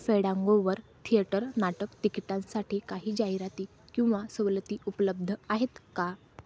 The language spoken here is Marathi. फेडांगोवर थिएटर नाटक तिकिटांसाठी काही जाहिराती किंवा सवलती उपलब्ध आहेत का